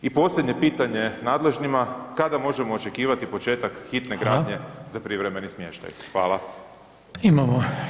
I posljednje pitanje nadležnima, kada možemo očekivati početak hitne gradnje [[Upadica: Hvala]] za privremeni smještaj?